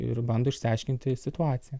ir bando išsiaiškinti situaciją